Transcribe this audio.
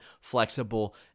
flexible